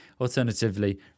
Alternatively